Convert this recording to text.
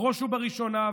בראש ובראשונה,